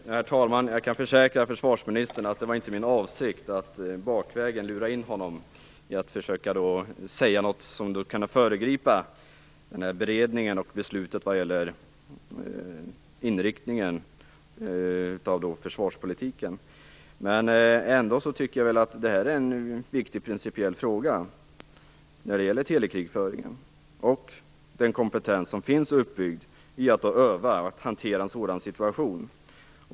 Herr talman! Jag kan försäkra försvarsministern att det inte var min avsikt att lura honom att bakvägen säga något som skulle kunna föregripa beredningen och beslutet när det gäller inriktningen av försvarspolitiken. Men jag tycker ändå att det här är en viktig principiell fråga när det gäller telekrigföringen och den kompetens som har byggts upp i att öva och hantera en sådan situation.